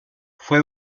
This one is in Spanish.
fue